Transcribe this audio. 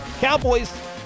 Cowboys